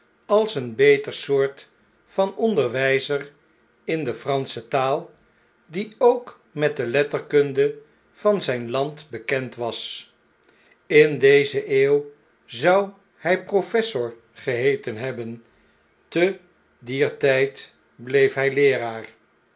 als een beter soort van onderwijzer in de fransche taal die ook met de letterkunde van zjjn land bekend was in deze eeuw zou hjj professor geheeten hebben te dier tjjd bleef hjj leeraar